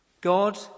God